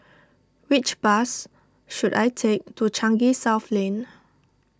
which bus should I take to Changi South Lane